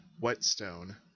Whetstone